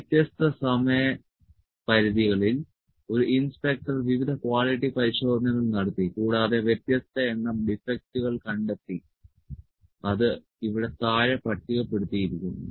വ്യത്യസ്ത സമയ പരിധികളിൽ ഒരു ഇൻസ്പെക്ടർ വിവിധ ക്വാളിറ്റി പരിശോധനകൾ നടത്തി കൂടാതെ വ്യത്യസ്ത എണ്ണം ഡിഫെക്ടുകൾ കണ്ടെത്തി അത് ഇവിടെ താഴെ പട്ടികപ്പെടുത്തിയിരിക്കുന്നു